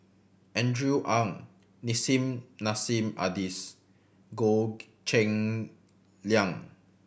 Andrew Ang Nissim Nassim Adis Goh Cheng Liang